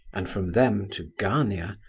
and from them to gania,